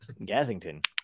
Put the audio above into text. Gazington